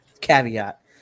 caveat